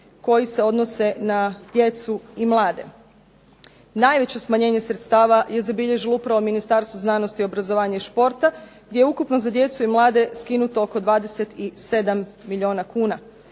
koji se odnose na djecu i mlade. Najveće smanjenje sredstava je zabilježilo upravo Ministarstvo znanosti, obrazovanja i športa gdje je ukupno za djecu i mlade skinuto oko 27 milijuna kuna.